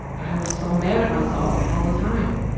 i was so mad at myself all the time.